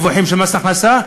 כסף.